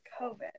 COVID